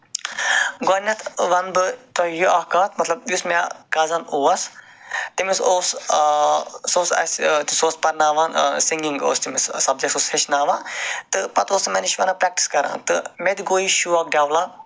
گۄڈٕنٮ۪تھ وَنہٕ بہٕ تۄہہِ یہِ اکھ کَتھ مطلب یُس مےٚ کَزن اوس تٔمِس اوس سُہ اوس اَسہِ سُہ اوس پَرناوان سِنگنگ اوس تٔمِس سَبجٮ۪کٹ سُہ اوس ہٮ۪چھناوان تہٕ پَتہٕ اوس سُہ مےٚ نِش وَنان پرٮ۪کٹِس کرو تہٕ مےٚ تہِ گوٚو یہِ شوق ڈٮ۪ولَپ